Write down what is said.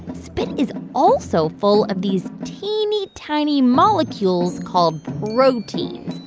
spit is also full of these teeny-tiny molecules called proteins.